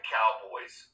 Cowboys